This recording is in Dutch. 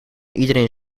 iedereen